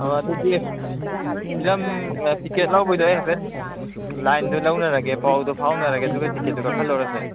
ꯑꯥ ꯑꯗꯨꯗꯤ film ticket ꯂꯧꯕꯩꯗꯨ ꯑꯩ ꯍꯥꯏꯐꯦꯠ ꯂꯥꯏꯟꯗꯨ ꯂꯧꯅꯔꯒꯦ ꯄꯥꯎꯗꯨ ꯐꯥꯎꯅꯔꯒꯦ ꯑꯗꯨꯒ ꯇꯤꯀꯦꯠꯇꯨ ꯀꯛꯍꯜꯂꯨꯔꯁꯦ